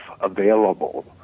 available